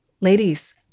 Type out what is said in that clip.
ladies